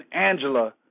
Angela